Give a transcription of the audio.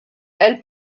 elles